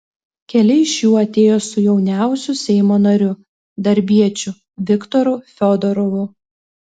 keli iš jų atėjo su jauniausiu seimo nariu darbiečiu viktoru fiodorovu